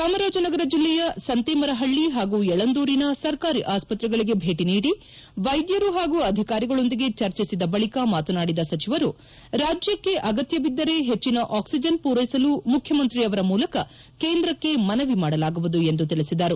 ಚಾಮರಾಜನಗರ ಜಿಲ್ಲೆಯ ಸಂತೇಮರಹಳ್ಳ ಹಾಗೂ ಯಳಂದೂರಿನ ಸರ್ಕಾರಿ ಆಸ್ಪತ್ರೆಗಳಿಗೆ ಭೇಟ ನೀಡಿ ವೈದ್ಯರು ಹಾಗೂ ಅಧಿಕಾರಿಗಳೊಂದಿಗೆ ಚರ್ಚಿಸಿದ ಬಳಿಕ ಮಾತನಾಡಿದ ಸಚಿವರು ರಾಜ್ಯಕ್ಷೆ ಅಗತ್ಯ ಬಿದ್ದರೆ ಹೆಚ್ಚಿನ ಆಕ್ಲಿಜನ್ ಪೂರೈಸಲು ಮುಖ್ಯಮಂತ್ರಿಯವರ ಮೂಲಕ ಕೇಂದ್ರಕ್ಕೆ ಮನವಿ ಮಾಡಲಾಗುವುದು ಎಂದು ತಿಳಿಸಿದರು